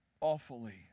awfully